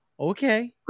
Okay